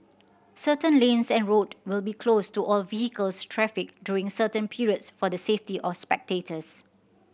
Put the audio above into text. certain lanes and road will be closed to all vehicles traffic during certain periods for the safety of spectators